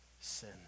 sin